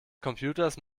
computers